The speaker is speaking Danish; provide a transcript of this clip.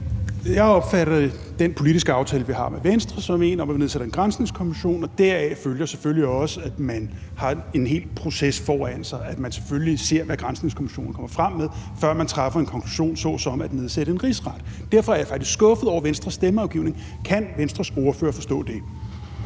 Jeg opfatter den politiske aftale, vi har med Venstre, som en, hvor vi nedsætter en granskningskommission, og deraf følger selvfølgelig også, at man har en hel proces foran sig, hvor man selvfølgelig ser, hvad granskningskommissionen kommer frem til, før man drager en konklusion om at nedsætte en rigsret. Derfor er jeg rigtig skuffet over Venstres stemmeafgivning – kan Venstres ordfører forstå det?